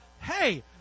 hey